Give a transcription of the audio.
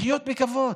לחיות בכבוד.